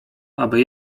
aby